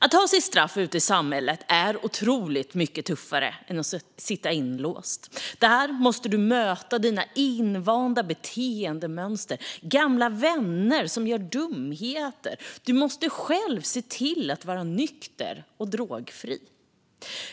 Att ha sitt straff ute i samhället är otroligt mycket tuffare än att sitta inlåst. Då måste man möta sina invanda beteendemönster och gamla vänner som gör dumheter, och man måste själv se till att vara nykter och drogfri.